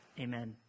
Amen